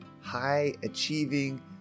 high-achieving